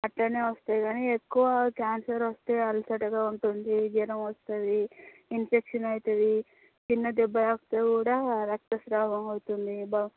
అలానే వస్తాయి కానీ ఎక్కువ కాన్సర్ వస్తే అలసటగా ఉంటుంది జ్వరం వస్తుంది ఇన్ఫెక్షన్ అవుతుంది చిన్న దెబ్బ తాకితే కూడా రక్త స్రావం అవుతుంది